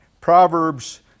Proverbs